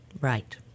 Right